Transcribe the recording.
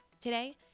Today